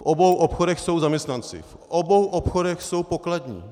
V obou obchodech jsou zaměstnanci, v obou obchodech jsou pokladní.